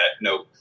nope